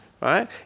right